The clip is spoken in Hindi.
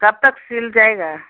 कब तक सील जाएगा